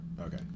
Okay